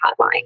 Hotline